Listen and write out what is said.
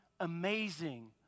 Amazing